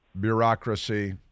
bureaucracy